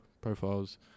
profiles